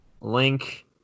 Link